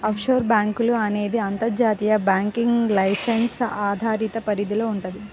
offshore బ్యేంకులు అనేది అంతర్జాతీయ బ్యాంకింగ్ లైసెన్స్ అధికార పరిధిలో వుంటది